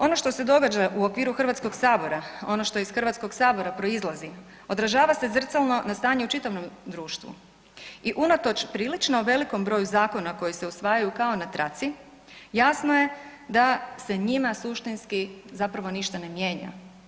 Ono što se događa u okviru Hrvatskog sabora, ono što iz Hrvatskog sabora proizlazi odražava se zrcalno na stanje u čitavom društvu i unatoč prilično velikom broju zakona koji se usvajaju kao na traci jasno je da se njima suštinski zapravo ništa ne mijenja.